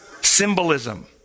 symbolism